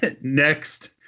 Next